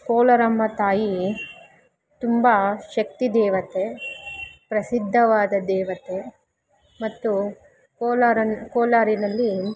ಕೋಲಾರಮ್ಮ ತಾಯಿ ತುಂಬ ಶಕ್ತಿ ದೇವತೆ ಪ್ರಸಿದ್ಧವಾದ ದೇವತೆ ಮತ್ತು ಕೋಲಾರಿನ ಕೋಲಾರಿನಲ್ಲಿ